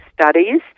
studies